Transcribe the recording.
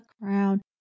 crown